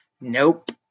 Nope